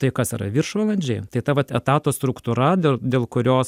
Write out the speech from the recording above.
tai kas yra viršvalandžiai tai ta vat etato struktūra dėl dėl kurios